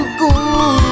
good